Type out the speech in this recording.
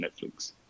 Netflix